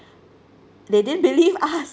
they didn't believe us